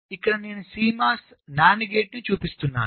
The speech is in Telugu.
ఇక్కడ నేను CMOS NAND గేట్ చూపిస్తున్నాను